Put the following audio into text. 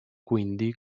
quindi